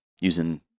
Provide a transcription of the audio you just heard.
using